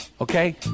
Okay